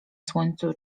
słońcu